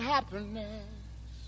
Happiness